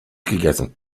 gegessen